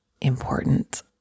important